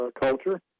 culture